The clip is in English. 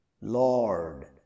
Lord